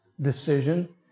decision